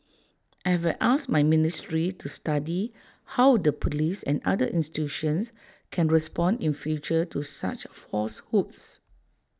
I have asked my ministry to study how the Police and other institutions can respond in future to such falsehoods